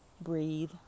breathe